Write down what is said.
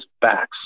backs